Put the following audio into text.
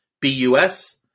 b-u-s